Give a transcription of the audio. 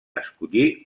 escollir